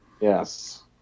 Yes